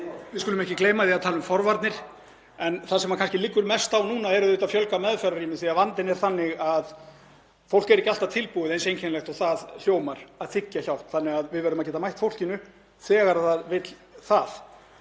við skulum ekki gleyma því að tala um forvarnir. En það sem kannski liggur mest á núna er auðvitað að fjölga meðferðarrýmum því að vandinn er þannig að fólk er ekki alltaf tilbúið, eins einkennilega og það hljómar, til að þiggja hjálp þannig að við verðum að geta mætt fólkinu þegar það vill það.